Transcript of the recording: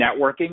networking